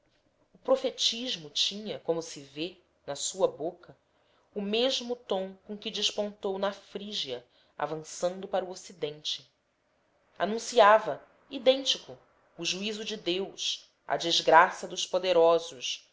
o profetismo tinha como se vê na sua boca o mesmo tom com que despontou na frígia avançando para o ocidente anunciava idêntico o juízo de deus a desgraça dos poderosos